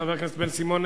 חבר הכנסת בן-סימון,